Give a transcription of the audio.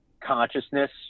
consciousness